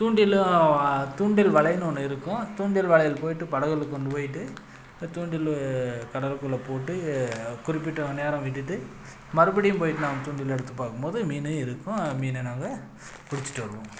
தூண்டிலும் தூண்டில் வலைன்னு ஒன்று இருக்கும் தூண்டில் வலையல் போய்ட்டு படகுகளுக்குக் கொண்டு போய்ட்டு தூண்டில் கடலுக்குள்ளே போட்டு குறிப்பிட்ட நேரம் விட்டுட்டு மறுப்படியும் போய்ட்டு நாங்கள் தூண்டில் எடுத்து பார்க்கும் போது மீன் இருக்கும் அ மீனை நாங்கள் பிடிச்சிட்டு வருவோம்